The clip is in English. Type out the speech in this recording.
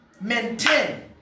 maintain